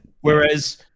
Whereas